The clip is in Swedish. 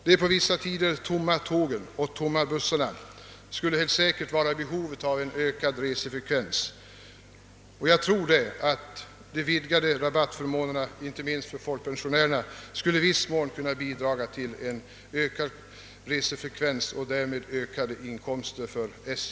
De på vissa tider tomma tågen och bussarna skulle helt säkert vara i behov av en starkare resandefrekvens, och de vidgade rabattförmånerna för inte minst folkpensionärerna tror jag skulle i viss mån kunna bidra till ett ökat antal resande och därmed leda till större inkomster för SJ.